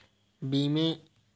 बीमे का दावा कैसे करें?